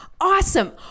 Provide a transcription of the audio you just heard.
Awesome